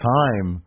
time